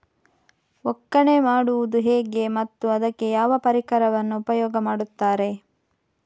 ಒಕ್ಕಣೆ ಮಾಡುವುದು ಹೇಗೆ ಮತ್ತು ಅದಕ್ಕೆ ಯಾವ ಪರಿಕರವನ್ನು ಉಪಯೋಗ ಮಾಡುತ್ತಾರೆ?